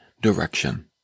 direction